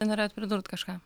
norėjot pridurt kažką